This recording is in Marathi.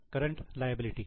current liability